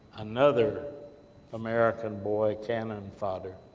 another american boy, cannon fodder.